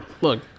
Look